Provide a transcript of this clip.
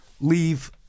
leave